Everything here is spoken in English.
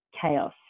chaos